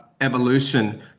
evolution